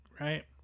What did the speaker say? Right